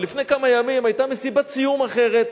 אבל לפני כמה ימים היתה מסיבת סיום אחרת,